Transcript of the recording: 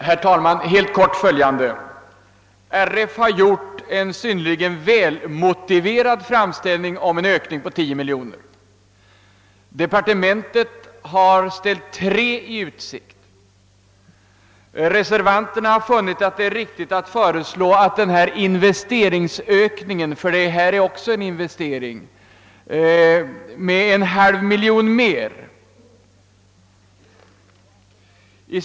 Herr talman! Riksidrottsförbundet har i en synnerligen välmotiverad framställning begärt en ökning av anslaget med 10 miljoner kronor; departements chefen har ställt i utsikt en ökning med 3 miljoner kronor. Reservanterna har funnit det riktigt att föreslå en investeringsökning — ty detta är också en investering — med en halv miljon kronor utöver vad departementschefen föreslår.